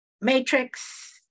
matrix